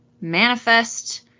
Manifest